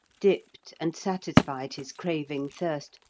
dipped, and satisfied his craving thirst,